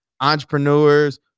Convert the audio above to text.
entrepreneurs